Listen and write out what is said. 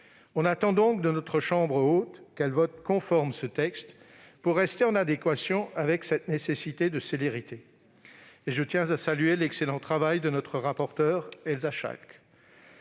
On attend donc de notre chambre haute qu'elle vote conforme ce texte pour répondre à cette nécessité de célérité- et je tiens à saluer l'excellent travail de notre rapporteure, Elsa Schalck.